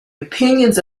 opinions